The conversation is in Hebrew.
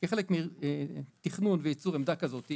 שכחלק מתכנון וייצור עמדה כזאת,